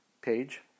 page